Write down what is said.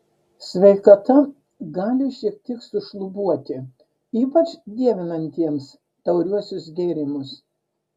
sveikata gali šiek tiek sušlubuoti ypač dievinantiems tauriuosius gėrimus